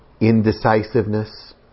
indecisiveness